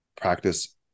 practice